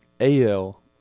AL